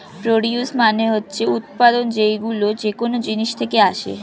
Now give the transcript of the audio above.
produce মানে হচ্ছে উৎপাদন, যেইগুলো যেকোন জিনিস থেকে আসে